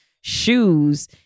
shoes